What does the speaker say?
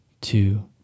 Two